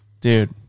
dude